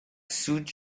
suit